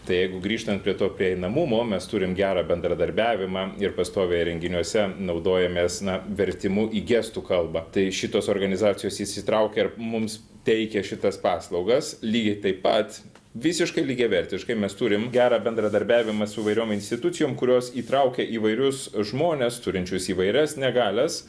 tai jeigu grįžtant prie to prieinamumo mes turim gerą bendradarbiavimą ir pastoviai renginiuose naudojamės na vertimu į gestų kalbą tai šitos organizacijos įsitraukė ir mums teikė šitas paslaugas lygiai taip pat visiškai lygiavertiškai mes turim gerą bendradarbiavimą su įvairiom institucijom kurios įtraukia įvairius žmones turinčius įvairias negalias